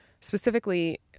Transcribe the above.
specifically